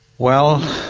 well,